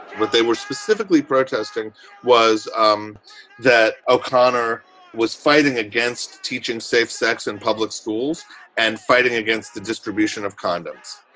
but they were specifically protesting was um that o'connor was fighting against teaching safe sex in public schools and fighting against the distribution of condoms.